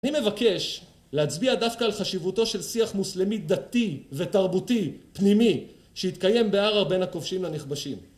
אני מבקש להצביע דווקא על חשיבותו של שיח מוסלמי דתי ותרבותי, פנימי, שהתקיים בהר בין הכובשים לנכבשים.